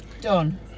Done